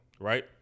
right